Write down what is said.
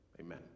Amen